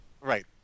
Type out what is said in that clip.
Right